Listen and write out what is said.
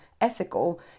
ethical